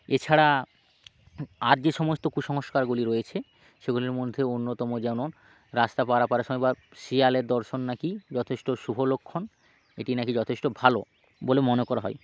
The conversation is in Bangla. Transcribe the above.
এছাড়া আর যে সমস্ত কুসংস্কারগুলি রয়েছে সেগুলির মধ্যে অন্যতম যেমন রাস্তা পারাপারের সময় বা শিয়ালের দর্শন না কি যথেষ্ট শুভ লক্ষণ এটি না কি যথেষ্ট ভালো বলে মনে করা হয়